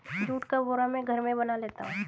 जुट का बोरा मैं घर में बना लेता हूं